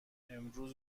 امروز